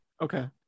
Okay